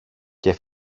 και